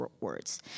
words